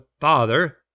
Father